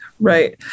Right